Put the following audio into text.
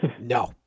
No